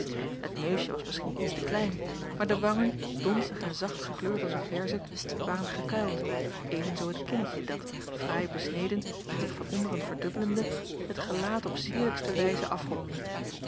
het neusje was misschien iets te klein maar de wangen donzig en zacht gekleurd als een perzik waren gekuild evenzoo het kinnetje dat fraai besneden en zich van onderen verdubbelende het gelaat op cierlijke wijze afrondde